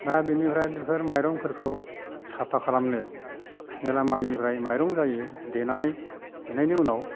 दा बिनिफ्राय बेफोर माइरंफोरखौ साफा खालामनो हेला माइनिफ्राय माइरं जायो देनानै देनायनि उनाव